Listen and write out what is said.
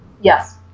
Yes